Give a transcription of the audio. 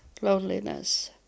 loneliness